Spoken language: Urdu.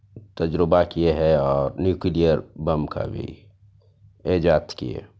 تجربہ کیے ہے اور نیوکلیئر بم کا بھی ایجاد کیے